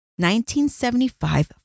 1975